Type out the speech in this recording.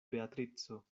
beatrico